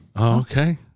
Okay